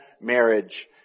marriage